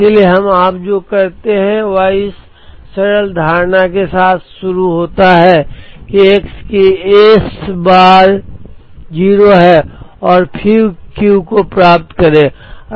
इसलिए हम जो करते हैं वह इस सरल धारणा के साथ शुरू होता है कि x की S बार 0 है और फिर Q को प्राप्त करें